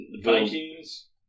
Vikings